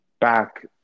back